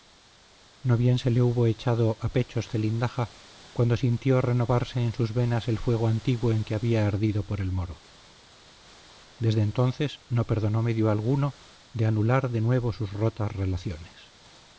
no bien se le hubo echado a pechos zelindaja cuando sintió renovarse en sus venas el fuego antiguo en que había ardido por el moro desde entonces no perdonó medio alguno de anudar de nuevo sus rotas relaciones